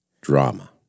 Drama